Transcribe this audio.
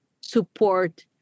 support